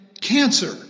cancer